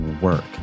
work